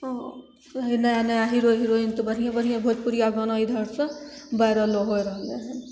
आ नया नया हीरो हिरोइन तऽ बढ़िए बढ़िए भोजपुरिया गाना इधर सँ भाइरलो होइ रहलै हन